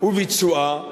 וביצועה